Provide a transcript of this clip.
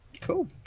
Cool